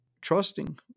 trusting